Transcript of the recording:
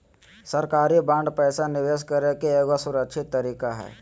सरकारी बांड पैसा निवेश करे के एगो सुरक्षित तरीका हय